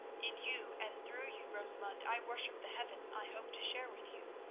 in you and through you, rosamund, i worship the heaven i hope to share with you.